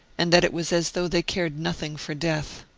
and that it was as though they cared nothing for death.